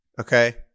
Okay